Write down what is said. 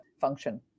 function